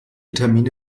termine